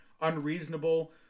unreasonable